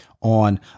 on